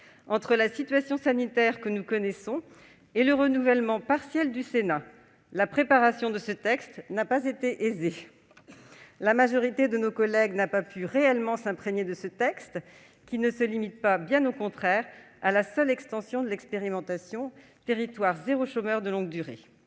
entre la situation sanitaire que nous connaissons et le renouvellement partiel du Sénat, la préparation de ce texte n'a pas été aisée. La majorité de nos collègues n'a pas pu réellement s'imprégner de son contenu, qui ne se limite pas, bien au contraire, à la seule extension de l'expérimentation « territoires zéro chômeur de longue durée ».